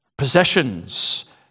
possessions